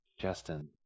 Justin